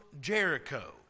Jericho